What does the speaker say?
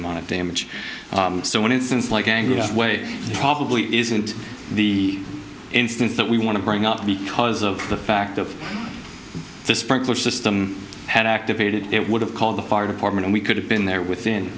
amount of damage so one instance like angle of weight probably isn't the instance that we want to bring up because of the fact of the sprinkler system had activated it would have called the fire department and we could have been there within